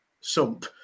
sump